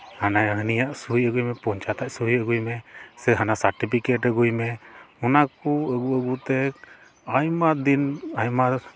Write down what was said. ᱦᱟᱱᱮ ᱦᱟᱹᱱᱤᱭᱟᱜ ᱥᱳᱭ ᱟᱹᱜᱩᱭ ᱢᱮ ᱯᱚᱧᱪᱟᱭᱮᱛᱟᱜ ᱥᱳᱭ ᱟᱹᱜᱩᱭ ᱢᱮ ᱥᱮ ᱦᱟᱱᱟ ᱥᱟᱨᱴᱤᱯᱷᱤᱠᱮᱴ ᱟᱹᱜᱩᱭ ᱢᱮ ᱚᱱᱟ ᱠᱚ ᱟᱹᱜᱩ ᱟᱹᱜᱩ ᱛᱮ ᱟᱭᱢᱟ ᱫᱤᱱ ᱟᱭᱢᱟ